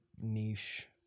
niche